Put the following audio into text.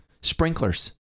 Sprinklers